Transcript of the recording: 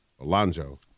Alonzo